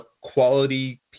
quality